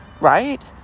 right